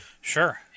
Sure